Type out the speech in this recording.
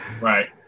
Right